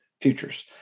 futures